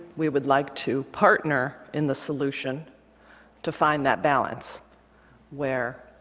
we would like to partner in the solution to find that balance where